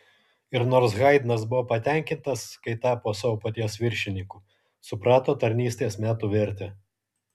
ir nors haidnas buvo patenkintas kai tapo savo paties viršininku suprato tarnystės metų vertę